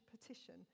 petition